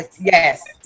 yes